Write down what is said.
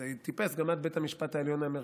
זה טיפס גם עד בית המשפט העליון האמריקאי,